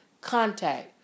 contact